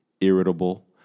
irritable